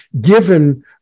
given